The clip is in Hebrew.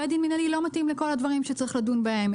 בית דין מנהלי לא מתאים לכל הדברים שצריך לדון בהם.